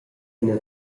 ina